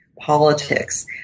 politics